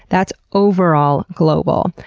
that's overall global.